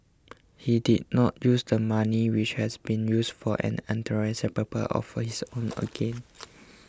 he did not use the money which has been used for an unauthorised purpose of his own gain